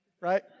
right